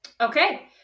Okay